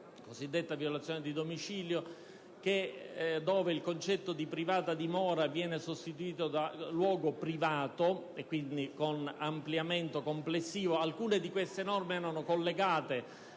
cosiddetta violazione di domicilio, dove il concetto di privata dimora viene sostituito da luogo privato. Si tratta, quindi, di ampliamento complessivo. Alcune di queste norme erano collegate